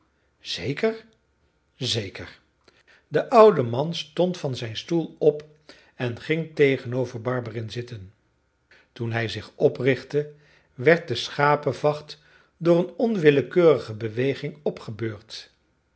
zeker zeker de oude man stond van zijn stoel op en ging tegenover barberin zitten toen hij zich oprichtte werd de schapevacht door een onwillekeurige beweging opgebeurd